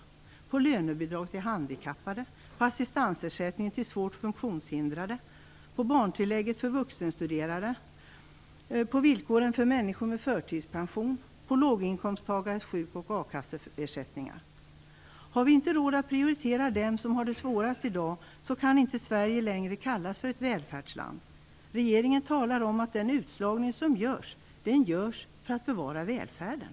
Exempel på sådana är lönebidragen till handikappade, assistansersättningen till de svårt funktionshindrade, barntillägget för vuxenstuderande, villkoren för människor med förtidspension samt låginkomsttagarnas sjuk och a-kasseersättningar. Har vi inte råd att prioritera dem som har det svårast i dag kan Sverige inte längre kallas för ett välfärdsland. Regeringen talar om att den utslagning som görs, den görs för att bevara välfärden.